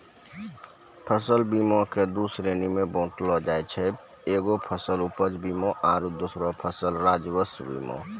फसल बीमा के दु श्रेणी मे बाँटलो जाय छै एगो फसल उपज बीमा आरु दोसरो फसल राजस्व बीमा